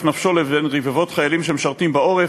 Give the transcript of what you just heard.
נפשו לבין רבבות חיילים שמשרתים בעורף,